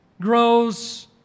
grows